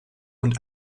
und